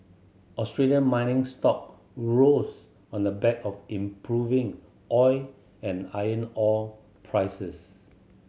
Australian mining stock rose on the back of improving oil and iron ore prices